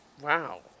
Wow